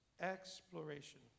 Exploration